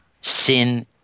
Sin